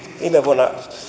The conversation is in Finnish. viime vuonna